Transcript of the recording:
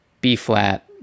B-flat